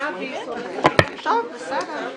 בשעה 11:26.